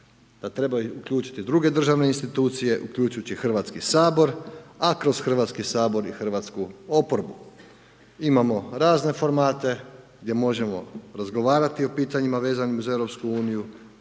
treba uključiti druge državne institucije, uključujući Hrvatski sabor, a kroz Hrvatski sabor i hrvatsku oporbu. Imamo razne formate gdje možemo razgovarati o pitanjima vezanim za